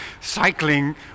cycling